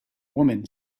woman